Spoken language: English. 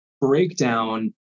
breakdown